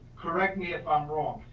correct me if i'm wrong,